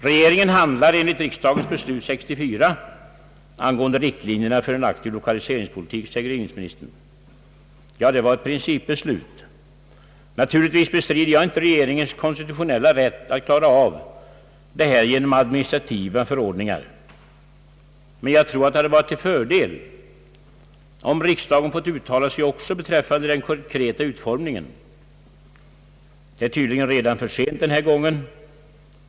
Regeringen handlar enligt riksdagens beslut 1964 angående riktlinjerna för en aktiv lokaliseringspolitik, säger inrikesministern. Ja, det var ett principbeslut. Naturligtvis bestrider jag inte regeringens konstitutionella rätt att klara av det här genom <administrativa förordningar. Men jag tror att det hade varit till fördel om riksdagen fått uttala sig också beträffande den konkreta utformningen. Det är tydligen redan för sent den här gången.